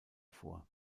vor